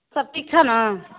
सब ठीक छै नऽ